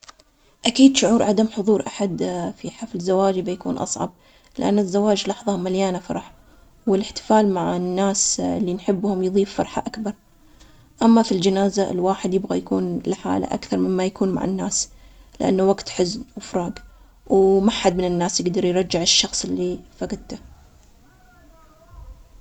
أكيد شعور عدم حضور أحد في حفل زواجي بيكون أصعب، لأن الزواج لحظة مليانة فرح، والإحتفال مع الناس إللي نحبهم يضيف فرحة أكبر. أما في الجنازة الواحد يبغى يكون لحاله أكثر مما يكون مع الناس، لأنه وقت حزن وفراق، وما حد من الناس يقدر يرجع الشخص إللي فقدته.